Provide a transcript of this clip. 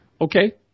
Okay